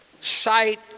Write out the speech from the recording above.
sight